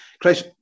Chris